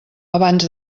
abans